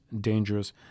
Dangerous